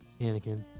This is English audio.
Anakin